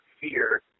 fear